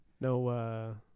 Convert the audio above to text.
No